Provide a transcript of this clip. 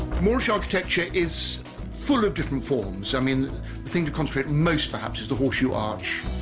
moorish architecture is full of different forms i mean the thing to concentrate most perhaps is the horseshoe arch